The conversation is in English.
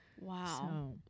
Wow